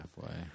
halfway